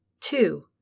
Two